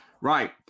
Right